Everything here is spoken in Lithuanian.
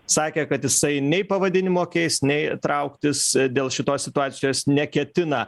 sakė kad jisai nei pavadinimo keis nei trauktis dėl šitos situacijos neketina